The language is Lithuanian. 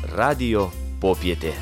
radijo popietė